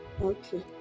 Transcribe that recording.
Okay